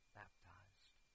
baptized